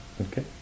Okay